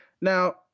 Now